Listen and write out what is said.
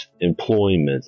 employment